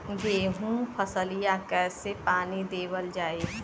गेहूँक फसलिया कईसे पानी देवल जाई?